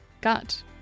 Gut